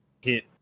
hit